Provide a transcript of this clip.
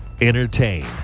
entertain